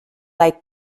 like